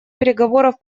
переговоров